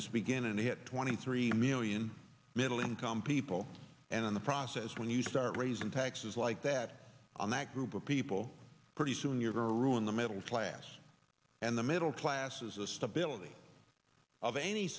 as begin and hit twenty three million middle income people and in the process when you start raising taxes like that on that group of people pretty soon you're going to ruin the middle class and the middle classes the stability of any